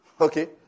Okay